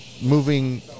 Moving